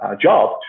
job